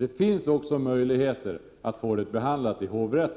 Man har också möjlighet att få ärendet behandlat i hovrätten.